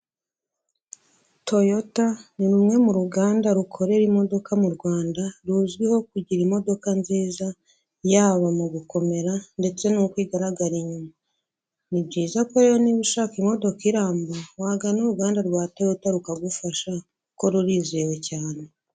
Toyota ni rumwe mu ruganda rukorera imodoka mu Rwanda, ruzwiho kugira imodoka nziza yaba mu gukomera ndetse n'uko igaragara inyuma, ni byiza ko rero niba ushaka imodoka iramba, wagana uruganda rwa Toyota rukagufasha kuko rurizewe cyane.